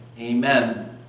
Amen